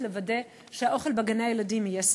לוודא שהאוכל בגני-הילדים יהיה סביר.